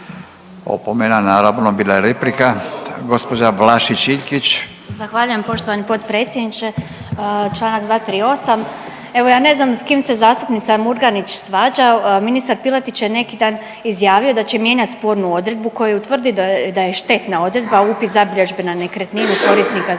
opomena naravno, bila je replika. Gđa. Vlašić Iljkić. **Vlašić Iljkić, Martina (SDP)** Zahvaljujem poštovani potpredsjedniče. Čl. 238., evo ja ne znam s kim se zastupnica Murganić svađa, ministar Piletić je neki dan izjavio da će mijenjat spornu odredbu koju tvrdi da je, da je štetna odredba upis zabilježbe na nekretninu korisnika zajamčene